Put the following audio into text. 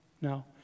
No